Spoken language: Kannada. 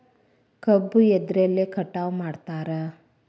ಕಬ್ಬು ಎದ್ರಲೆ ಕಟಾವು ಮಾಡ್ತಾರ್?